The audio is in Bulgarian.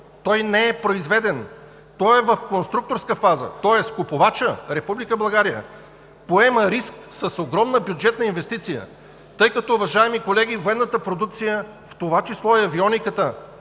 той не е произведен – той е в конструкторска фаза, тоест купувачът – Република България, поема риск с огромна бюджетна инвестиция, тъй като, уважаеми колеги, военната продукция в това число и авиониката